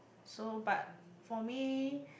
so but for me